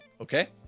Okay